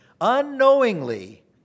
unknowingly